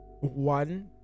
one